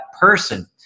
person